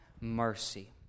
mercy